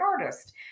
artist